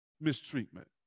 mistreatment